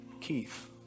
Keith